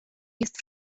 jest